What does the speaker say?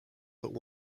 but